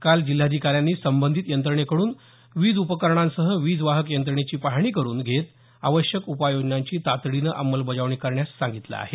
काल जिल्हाधिकाऱ्यांनी संबंधित यंत्रणेकडून वीज उपकरणांसह वीज वाहक यंत्रणेची पाहणी करून घेत आवश्यक उपाययोजनांची तातडीने अंमलबजावणी करण्यास सांगितलं आहे